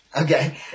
Okay